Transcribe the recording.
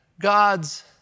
God's